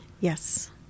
Yes